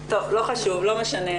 ושזה לא תוקצב בהתחלה,